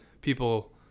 people